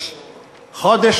בחודש